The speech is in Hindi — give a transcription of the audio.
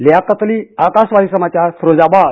लियाकत अली आकाशवाणी समाचार फिरोजाबाद